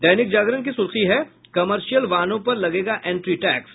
दैनिक जागरण की सुर्खी है कॉमर्शिलय वाहनों पर लगेगा एंट्री टैक्स